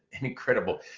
incredible